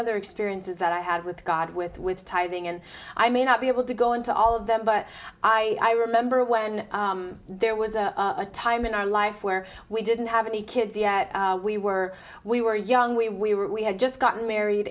other experiences that i had with god with with tithing and i may not be able to go into all of them but i remember when there was a time in our life where we didn't have any kids we were we were young we we were we had just gotten married